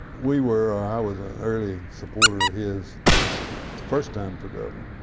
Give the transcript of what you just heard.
we were i was an early supporter of his first time for governor,